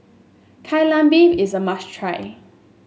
Kai Lan Beef is a must try